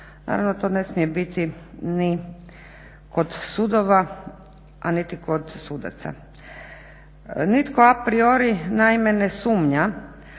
Naravno to ne smije biti ni kod sudova, a niti kod sudaca. Nitko a priori naime ne sumnja,